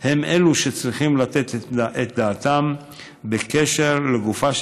הם שצריכים לתת את דעתם בקשר לגופה של